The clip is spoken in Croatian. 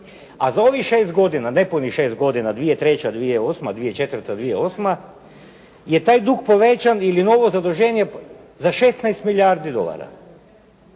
a za ovih 6 godina, nepunih 6 godina 2003., 2008., 2004., 2008. je taj dug povećani ili novo zaduženje za 16 milijardi dolara